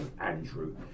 Andrew